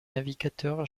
navigateur